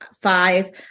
five